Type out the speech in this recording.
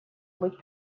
быть